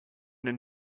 den